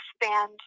expand